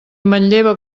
manlleva